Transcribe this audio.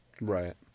Right